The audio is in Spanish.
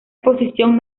exposición